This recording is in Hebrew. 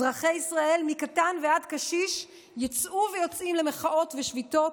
אזרחי ישראל מקטן ועד קשיש יֵצאו ויוצאים למחאות ושביתות,